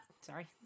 Sorry